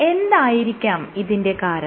എന്തായിരിക്കാം ഇതിന്റെ കാരണം